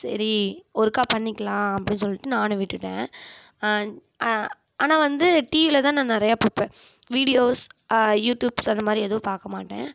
சரி ஒருக்கா பண்ணிக்கலாம் அப்படின்னு சொல்லிவிட்டு நானும் விட்டுவிட்டேன் ஆனால் வந்து டிவியில் தான் நான் நிறையா பார்ப்பேன் விடியோஸ் யூடியூப்ஸ் அந்தமாதிரி எதுவும் பார்க்கமாட்டேன்